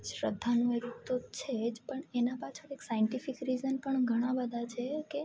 શ્રદ્ધાનું એક તો છે જ પણ એના પાછળ એક સાઇન્ટિફિક રિઝન પણ ઘણા બધા છે કે